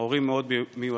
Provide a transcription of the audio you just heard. ההורים מאוד מיואשים.